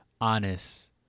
honest